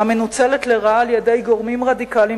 המנוצלת לרעה על-ידי גורמים רדיקליים